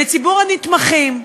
לציבור הנתמכים,